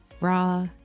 raw